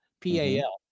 P-A-L